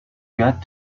got